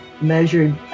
measured